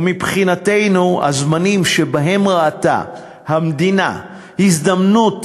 ומבחינתנו הזמנים שבהם ראתה המדינה הזדמנות